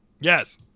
Yes